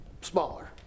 smaller